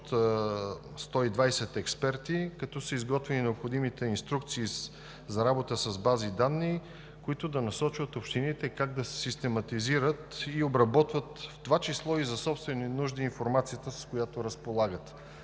120 експерти, като са изготвени необходимите инструкции за работа с базите данни, които да насочват общините как да систематизират и обработват информацията – в това число и за собствени нужди, с която разполагат.